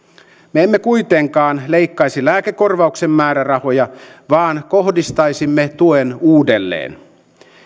me emme kuitenkaan leikkaisi lääkekorvauksen määrärahoja vaan kohdistaisimme tuen uudelleen